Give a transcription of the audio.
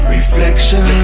Reflection